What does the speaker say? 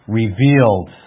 revealed